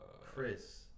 Chris